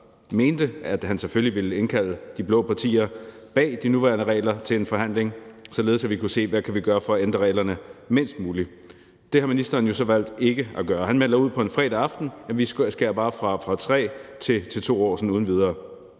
mente, at han selvfølgelig ville indkalde de blå partier bag de nuværende regler til en forhandling, således at vi kunne se, hvad vi kan gøre for at ændre reglerne mindst muligt. Det har ministeren jo så valgt ikke at gøre. Han melder ud på en fredag aften, at vi bare skærer det ned fra 3 til 2 år sådan uden videre.